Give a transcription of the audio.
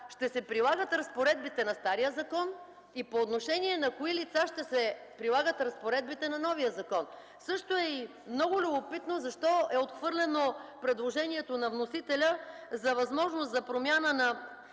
ще се прилагат разпоредбите на стария закон и по отношение на кои лица ще се прилагат разпоредбите на новия закон. Също така много любопитно е и защо е отхвърлено предложението на вносителя за възможност за промяна на